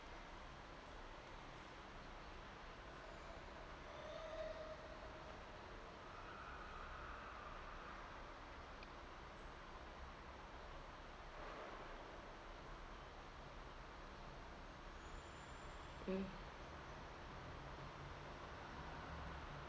mm